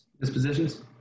Dispositions